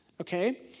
Okay